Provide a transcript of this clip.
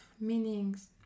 meanings